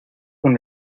con